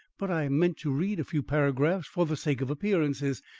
but i meant to read a few paragraphs for the sake of appearances,